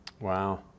Wow